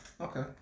Okay